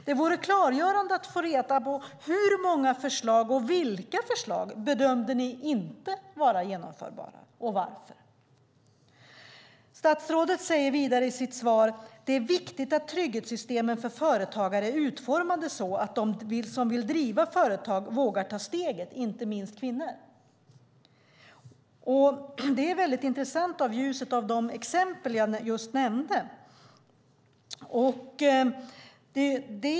Det vore klargörande att få reda på hur många förslag, och vilka, ni bedömde vara inte genomförbara - och varför. Statsrådet säger vidare i sitt svar: Det är viktigt att trygghetssystemen för företagare är utformade så att de som vill driva företag vågar ta steget, inte minst kvinnor. Det är väldigt intressant i ljuset av de exempel jag just nämnde.